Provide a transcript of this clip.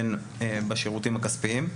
בין בשירותים הכספיים.